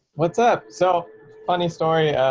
what's up? so funny story.